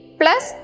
plus